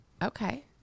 Okay